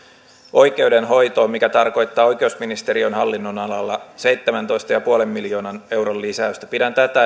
oikeudenhoitoon mikä tarkoittaa oikeusministeriön hallinnonalalla seitsemäntoista pilkku viiden miljoonan euron lisäystä pidän tätä